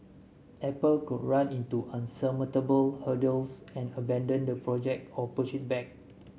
apple could run into insurmountable hurdles and abandon the project or push it back